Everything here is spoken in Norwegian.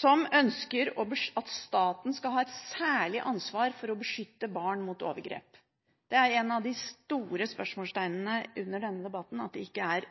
som ønsker at staten skal ha et særlig ansvar for å beskytte barn mot overgrep. Det at det ikke er et